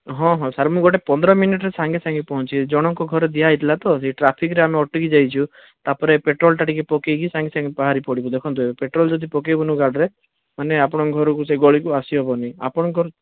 ହଁ ହଁ ସାର୍ ମୁଁ ଗୋଟେ ପନ୍ଦର ମିନିଟିରେ ସାଙ୍ଗେ ସାଙ୍ଗେ ପହଞ୍ଚୁଛି ଜଣଙ୍କ ଘରେ ଦିଆହୋଇଥିଲା ତ ସେହି ଟ୍ରାଫିକରେ ଆମେ ଅଟକି ଯାଇଛୁ ତାପରେ ପେଟ୍ରୋଲଟା ଟିକିଏ ପକାଇକି ସାଙ୍ଗେ ସାଙ୍ଗେ ବାହାରି ପଡ଼ିବୁ ଦେଖନ୍ତୁ ପେଟ୍ରୋଲ ଯଦି ପକାଇବୁନୁ ଗାଡ଼ିରେ ମାନେ ଆପଣଙ୍କ ଘରକୁ ସେ ଗଳିକୁ ଆସିହବନି ଆପଣଙ୍କର